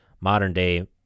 modern-day